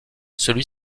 celui